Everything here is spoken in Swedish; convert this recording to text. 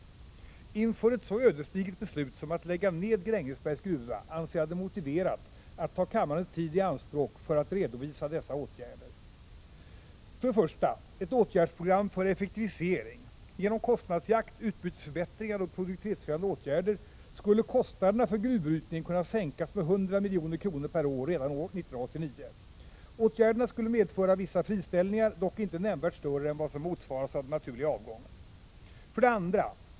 Inför ett så ödesdigert beslut som att lägga ned Grängesbergs gruva anser jag det motiverat att ta kammarens tid i anspråk för att redovisa dessa åtgärder: 1. Åtgärdsprogram för effektivisering Genom kostnadsjakt, utbytesförbättringar och produktivitetshöjande åtgärder skulle kostnaderna för gruvbrytningen kunna sänkas med 100 milj.kr. per år redan 1989. Åtgärderna skulle medföra visa friställningar, dock inte nämnvärt större än vad som motsvaras av den naturliga avgången. 2.